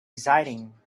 exciting